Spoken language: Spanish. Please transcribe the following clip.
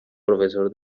profesor